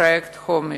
בפרויקט החומש.